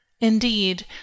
Indeed